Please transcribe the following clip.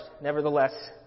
nevertheless